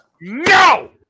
No